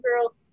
girl